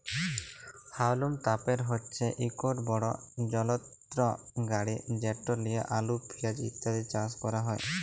হাউলম তপের হছে ইকট বড় যলত্র গাড়ি যেট লিঁয়ে আলু পিয়াঁজ ইত্যাদি চাষ ক্যরা হ্যয়